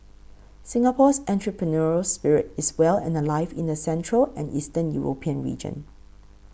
Singapore's entrepreneurial spirit is well and alive in the central and Eastern European region